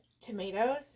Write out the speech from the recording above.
tomatoes